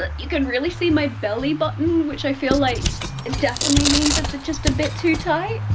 ah you can really see my belly button, which i feel like it definitely means it's it's just a bit too tight.